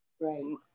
Right